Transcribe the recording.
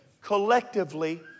collectively